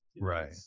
Right